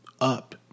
up